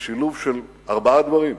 זה שילוב של ארבעה דברים: